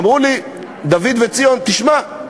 אמרו לי דוד וציון: תשמע,